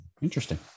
interesting